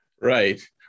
Right